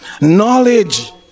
Knowledge